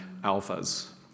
alphas